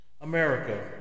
America